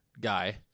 guy